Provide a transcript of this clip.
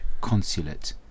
consulate